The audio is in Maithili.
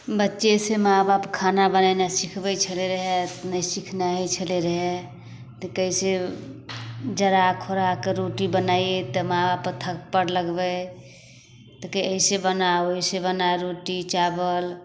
बच्चेसँ माइ बाप खाना बनेनाइ सिखबै छलै रहै नहि सिखनाइ हइ रहै छलै तऽ कहै से जरा खोराकऽ रोटी बनाइए दैमे तऽ थप्पड़ लगबै तऽ कहै अइसे बना वइसे बना रोटी चावल